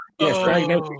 Yes